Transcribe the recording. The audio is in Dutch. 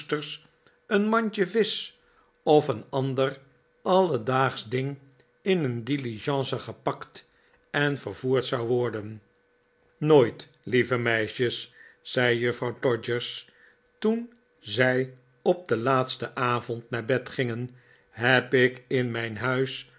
een mandje visch of een ander alledaagsch ding in een diligence gepakt en vervoerd zou worden nooit lieve meisjes zei juffrouw todgers toen zij op den laatsten avond naar bed gingen heb ik in mijn huis